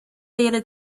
data